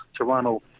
Toronto